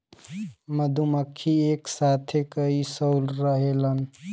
मधुमक्खी एक साथे कई सौ रहेलन